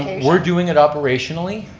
we're doing it operationally